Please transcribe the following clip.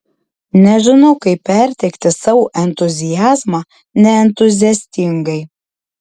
nežinau kaip perteikti savo entuziazmą neentuziastingai